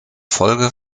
folge